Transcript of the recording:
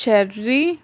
cherry